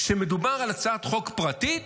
כשמדובר על הצעת חוק פרטית,